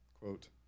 Quote